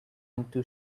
into